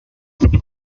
wir